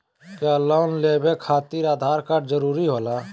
क्या लोन लेवे खातिर आधार कार्ड जरूरी होला?